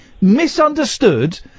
misunderstood